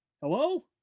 hello